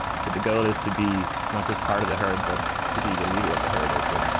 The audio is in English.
so the goal is to be not just part of the herd but to be the leader of the herd or to.